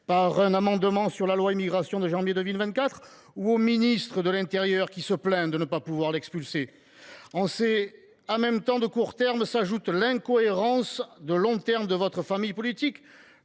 par un amendement à la loi Immigration en janvier 2024 ou au ministre de l’intérieur qui se plaint de ne pas pouvoir l’expulser ? À ces « en même temps » de court terme s’ajoute l’incohérence de long terme de votre famille politique.